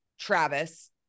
Travis